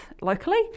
locally